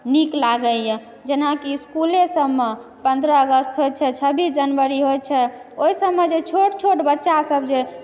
नीक लागैए जेनाकि इसकुल सबमे पन्द्रह अगस्त होइ छै छब्बीस जनवरी होइ छै ओहिसबमे जँ छोट छोट बच्चा सब जँ